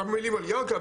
כמה מילים על ירכא,